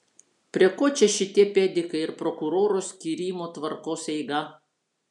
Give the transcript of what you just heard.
prie ko čia šitie pedikai ir prokuroro skyrimo tvarkos eiga